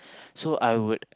so I would